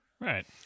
Right